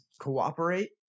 cooperate